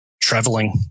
traveling